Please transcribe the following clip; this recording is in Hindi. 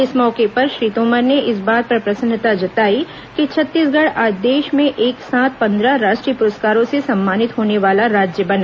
इस मौके पर श्री तोमर ने इस बात पर प्रसन्नता जताई कि छत्तीसगढ़ आज देश में एक साथ पंद्रह राष्ट्रीय पुरस्कारों से सम्मानित होने वाला राज्य बना